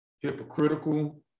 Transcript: hypocritical